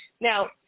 now